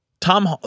Tom